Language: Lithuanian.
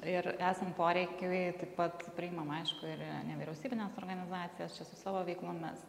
ir esant poreikiui taip pat priimamam aišku ir nevyriausybines organizacijas čia su savo veiklomis